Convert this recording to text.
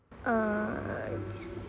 err